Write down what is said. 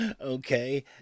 okay